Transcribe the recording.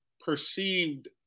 perceived